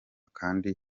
kandi